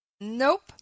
Nope